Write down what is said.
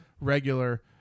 regular